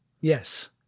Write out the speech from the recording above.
Yes